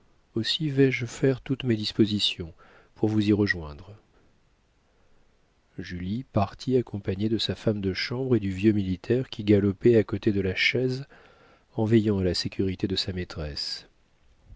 aussi vais-je faire toutes mes dispositions pour vous y rejoindre julie partit accompagnée de sa femme de chambre et du vieux militaire qui galopait à côté de la chaise en veillant à la sécurité de sa maîtresse